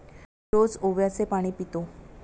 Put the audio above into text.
मी रोज ओव्याचे पाणी पितो